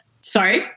sorry